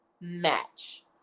match